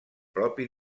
propi